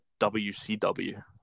WCW